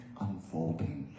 unfolding